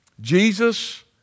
Jesus